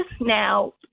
now